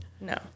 No